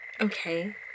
Okay